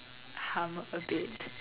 hum a bit